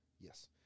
Yes